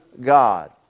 God